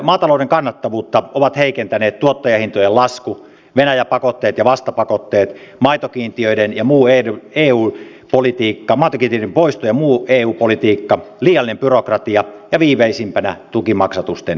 maatalouden kannattavuutta ovat heikentäneet tuottajahintojen lasku venäjä pakotteet ja vastapakotteet maitokiintiöiden ja muu ei eun politiikka matkivia poisto ja muu eu politiikka liiallinen byrokratia ja viimeisimpänä tukimaksatusten viivästyminen